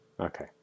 Okay